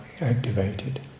activated